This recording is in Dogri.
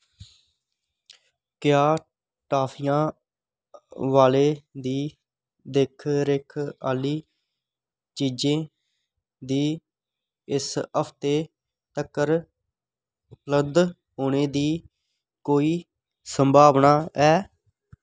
क्या टाफियां बालें दी दिक्ख रिक्ख आह्ली चीजें दी इस हफ्तै तक्कर उपलब्ध होने दी कोई संभावना है